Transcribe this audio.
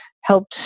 helped